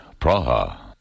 Praha